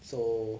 so